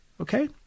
Okay